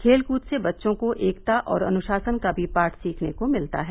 खेलकूद से बच्चों को एकता और अनुशासन का भी पाठ सिखने को मिलता है